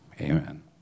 Amen